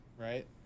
right